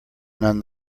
none